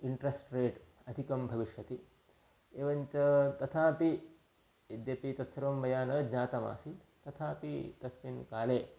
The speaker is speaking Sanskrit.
इण्ट्रेस्ट् रेट् अधिकं भविष्यति एवञ्च तथापि यद्यपि तत्सर्वं मया न ज्ञातम् आसीत् तथापि तस्मिन् काले